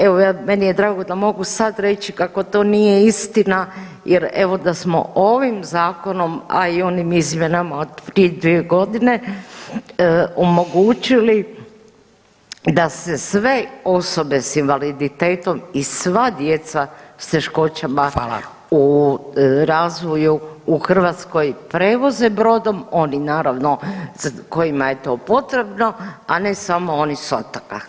Evo meni je drago da mogu sad reći kako to nije istina jer evo da smo ovim zakonom, a i onim izmjenama od prije 2.g. omogućili da se sve osobe s invaliditetom i sva djeca s teškoćama u razvoju u Hrvatskoj prevoze brodom, oni naravno kojima je to potrebno, a ne samo oni s otoka.